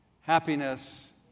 Happiness